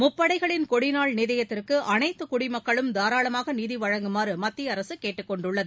முப்படைகளின் கொடி நாள் நிதியத்திற்கு அனைத்து குடிமக்களும் தாரளமாக நிதி வழங்குமாறு மத்திய அரசு கேட்டுக் கொண்டுள்ளது